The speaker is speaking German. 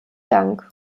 dank